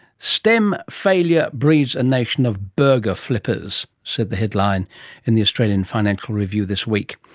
stem failure breeds a nation of burger flippers said the headline in the australian financial review this week.